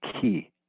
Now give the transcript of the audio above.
key